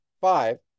five